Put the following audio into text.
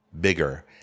bigger